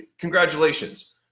congratulations